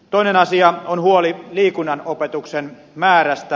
toinen asia on huoli liikunnan opetuksen määrästä